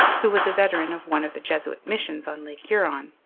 who was a veteran of one of the jesuit missions on lake huron.